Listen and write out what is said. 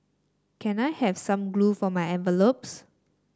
can I have some glue for my envelopes